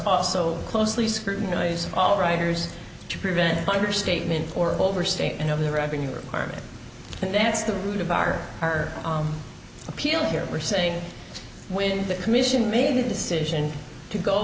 also closely scrutinized all writers to prevent understatement or overstate you know the revenue requirement and that's the root of our appeal here were saying when the commission made the decision to go